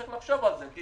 צריך לחשוב על זה כי